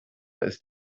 ist